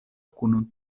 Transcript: kun